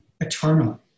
eternal